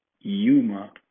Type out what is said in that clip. Yuma